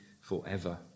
forever